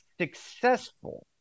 successful